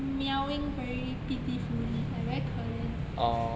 meowing very pitifully like very 可怜